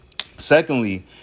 Secondly